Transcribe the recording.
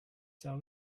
the